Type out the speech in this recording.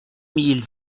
mille